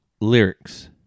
lyrics